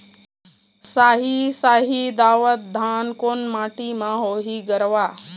साही शाही दावत धान कोन माटी म होही गरवा?